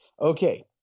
okay